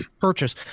purchase